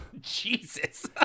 Jesus